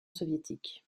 soviétique